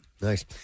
Nice